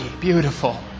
Beautiful